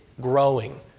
growing